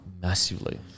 massively